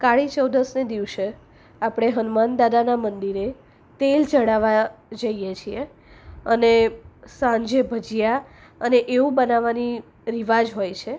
કાળીચૌદસને દિવસે આપણે હનુમાન દાદાના મંદિરે તેલ ચડાવા જઈએ છીએ અને સાંજે ભજીયા અને એવું બનાવવાની રિવાજ હોય છે